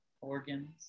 organs